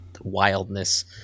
wildness